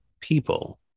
people